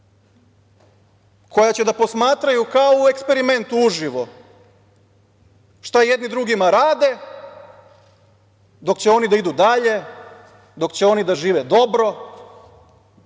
koja će da posmatraju kao u eksperimentu uživo šta jedni drugima rade, dok će oni da idu dalje, dok će oni da žive dobro.